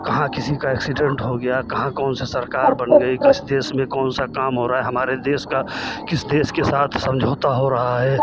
कहाँ किसी का एक्सीडेन्ट हो गया कहाँ कौन सी सरकार बन गई किस देश में कौन सा काम हो रहा है हमारे देश का किस देश के साथ समझौता हो रहा है